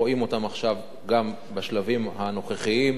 רואים אותן עכשיו גם בשלבים הנוכחיים,